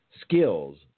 skills